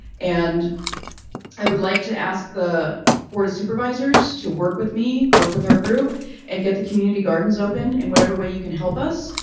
and i would like to ask the board of supervisors to work with me, work with our group and get the community gardens open in whatever way you can help us.